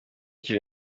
kiri